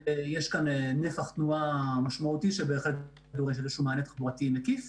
יש פה נפח תנועה משמעותי שדורש מענה תחבורתי מקיף.